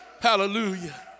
Hallelujah